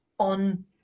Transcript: on